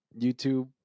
YouTube